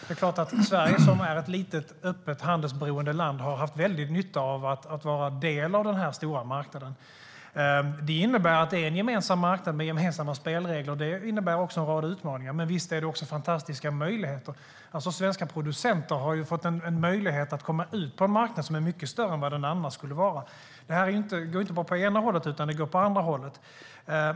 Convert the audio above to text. Det är klart att Sverige, som är ett litet, öppet och handelsberoende land, har haft en väldig nytta av att vara en del av denna stora marknad. Att det är en gemensam marknad med gemensamma spelregler innebär också en rad utmaningar. Men visst finns det också fantastiska möjligheter. Svenska producenter har fått en möjlighet att komma ut på en marknad som är mycket större än vad som annars skulle vara fallet. Det här går inte bara åt ena hållet utan åt andra också.